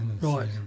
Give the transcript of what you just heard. Right